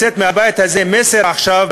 מהבית הזה צריך לצאת מסר עכשיו,